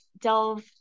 delve